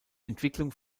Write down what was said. entwicklung